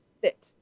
fit